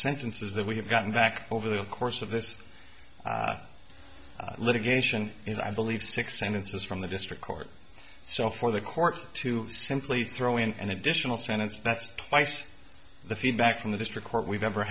sentences that we have gotten back over the course of this litigation is i believe six sentences from the district court so for the court to simply throw in an additional sentence that's twice the feedback from the district court we've ever